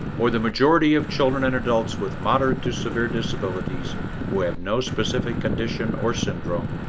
or the majority of children and adults with moderate to severe disabilities who have no specific condition or syndrome